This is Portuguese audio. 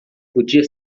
podia